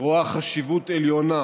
רואה חשיבות עליונה